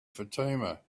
fatima